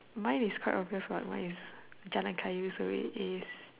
mine is quite obvious what mine is Jalan Kayu is already